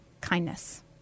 kindness